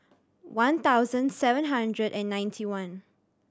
one thousand seven hundred and ninety one